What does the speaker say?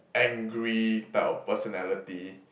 angry type of personality